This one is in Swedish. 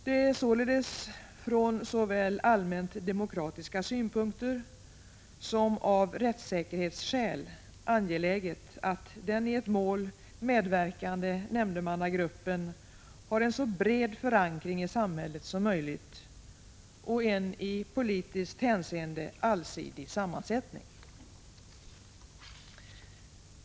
Det är således från såväl allmänt demokratiska synpunkter som av rättssäkerhetsskäl angeläget att den i ett mål medverkande nämndemannagruppen har en så bred förankring i samhället som möjligt och en i politiskt hänseende allsidig sammansättning.